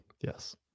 Yes